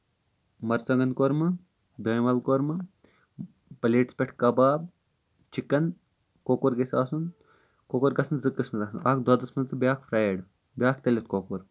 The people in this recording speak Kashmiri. مرژٕوانگن کۄرمہٕ دانول کۄرمہٕ پَلیٹس پٹھ کَباب چِکن کۄکُر گژھِ آسُن کۄکُر گژھن زٕ قٕسم تتھ منٛز اکھ دۄدَس منٛز تہٕ بیاکھ فریِڈ بیاکھ تٔلِتھ کۄکُر